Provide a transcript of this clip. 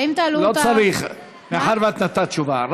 ואם תעלו את, לא צריך, מאחר שנתת תשובה.